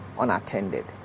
unattended